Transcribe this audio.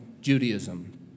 Judaism